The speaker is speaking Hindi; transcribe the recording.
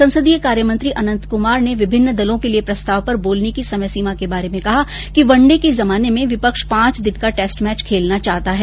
संसदीय कार्य मंत्री अनंत कुमार ने विभिन्न दलों के लिये प्रस्ताव पर बालने की समय सीमा के बारे में कहा वन डे के जमाने में विपक्ष पांच दिन का टेस्ट मैच खेलना चाहता है